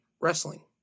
Wrestling